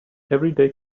everyday